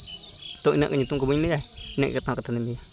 ᱟᱫ ᱤᱱᱟᱹᱜ ᱜᱮ ᱧᱩᱛᱩᱢ ᱠᱚ ᱵᱟᱹᱧ ᱞᱟᱹᱭᱟ ᱤᱱᱟᱹᱜ ᱜᱮ ᱱᱚᱣᱟ ᱠᱟᱛᱷᱟ ᱫᱚᱧ ᱞᱟᱹᱭᱟ